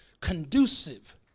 conducive